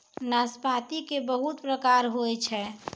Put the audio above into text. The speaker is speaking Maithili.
नाशपाती के बहुत प्रकार होय छै